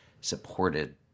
supported